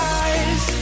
eyes